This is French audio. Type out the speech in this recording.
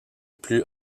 plus